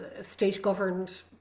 state-governed